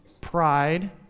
Pride